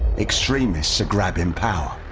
extremists are grabbing power,